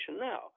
now